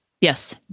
yes